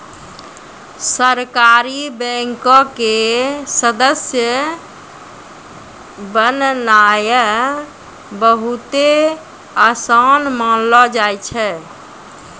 सहकारी बैंको के सदस्य बननाय बहुते असान मानलो जाय छै